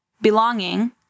belonging